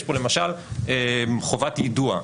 יש פה למשל חובת יידוע,